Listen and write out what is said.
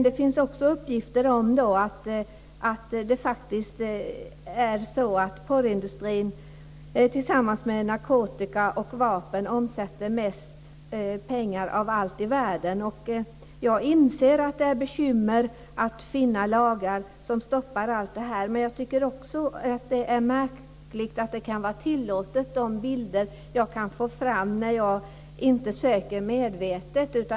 Det finns också uppgifter om att porrindustrin tillsammans med narkotika och vapen omsätter mest pengar av allt i världen. Jag inser att det finns bekymmer med att finna lagar som stoppar allt detta. Men jag tycker också att det är märkligt att de bilder kan vara tillåtna som jag kan få fram när jag inte söker medvetet.